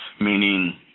meaning